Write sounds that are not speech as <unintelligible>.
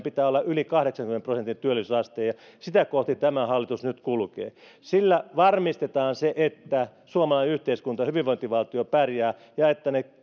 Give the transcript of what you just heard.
<unintelligible> pitää olla yli kahdeksankymmenen prosentin työllisyysaste ja sitä kohti tämä hallitus nyt kulkee sillä varmistetaan se että suomalainen yhteiskunta hyvinvointivaltio pärjää ja että ne <unintelligible>